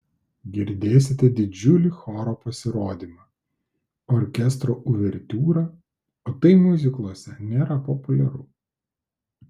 girdėsite didžiulį choro pasirodymą orkestro uvertiūrą o tai miuzikluose nėra populiaru